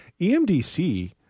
EMDC